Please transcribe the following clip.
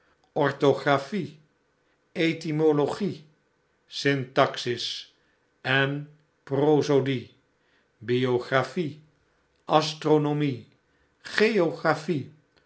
orthographie etymologie syntaxis en prosodie biographie astronomie geographie